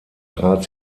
trat